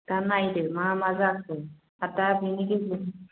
दा नायदो दा मा मा जाखो आरो दा बेनि गेजेर